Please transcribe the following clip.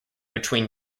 between